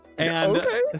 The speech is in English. Okay